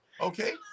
Okay